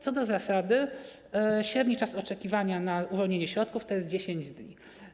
Co do zasady średni czas oczekiwania na uwolnienie środków to 10 dni.